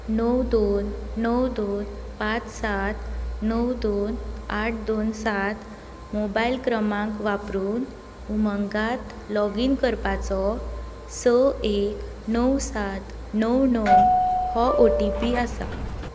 णव दोन णव दोन पांच सात णव दोन आठ दोन सात मोबायल क्रमांक वापरून उमंगांत लॉगीन करपाचो स एक णव सात णव णव हो ओटीपी आसा